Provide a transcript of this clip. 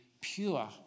pure